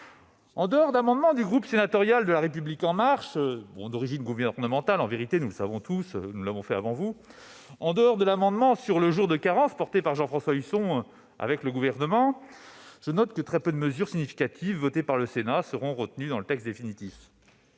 En dehors d'amendements du groupe sénatorial de La République En Marche, qui sont en vérité d'origine gouvernementale- nous le savons tous, car nous l'avons fait avant vous -, et de l'amendement sur le jour de carence défendu par Jean-François Husson avec le Gouvernement, je note que très peu de mesures significatives votées par le Sénat seront retenues dans le texte définitif.,